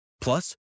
Plus